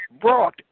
brought